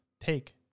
take